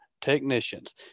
Technicians